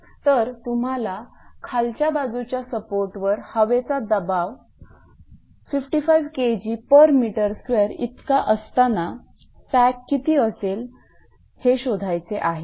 तर तुम्हाला खालच्या बाजूच्या सपोर्टवर हवेचा दबाव 55 Kgm2 इतका असताना सॅग किती असेल शोधायचे आहे